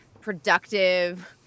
productive